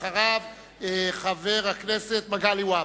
אחריו, חבר הכנסת מגלי והבה.